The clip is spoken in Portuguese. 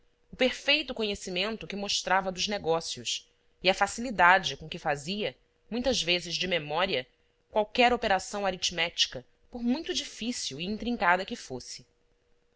o perfeito conhecimento que mostrava dos negócios e a facilidade com que fazia muitas vezes de memória qualquer operação aritmética por muito difícil e intrincada que fosse